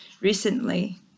recently